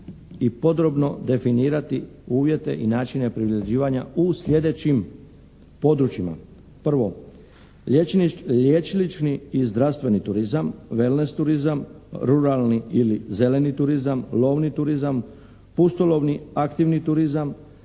i podrobno definirati uvjete i načine privređivanja u sljedećim područjima: 1. liječnični i zdravstveni turizam, wellnes turizam, ruralni ili zeleni turizam, lovni turizam, pustolovni aktivni turizam,